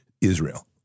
Israel